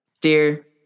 dear